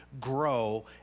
grow